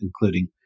including